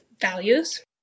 values